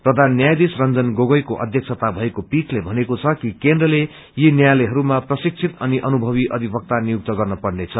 प्रधान न्यायाधीश रंजन गोगोईको अध्यक्षता थएको पीठले भनेको छ कि केन्द्रले यी न्यायालयहरूमा प्रशिक्षित अनि अनुभवी अधिवक्त नियुक्त गर्न पर्नेछ